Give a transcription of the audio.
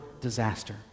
disaster